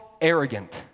arrogant